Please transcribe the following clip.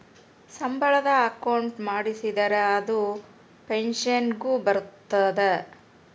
ಸಂಬಳದ ಅಕೌಂಟ್ ಮಾಡಿಸಿದರ ಅದು ಪೆನ್ಸನ್ ಗು ಬರ್ತದ